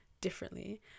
differently